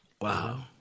Wow